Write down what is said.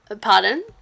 Pardon